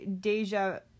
deja